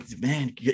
man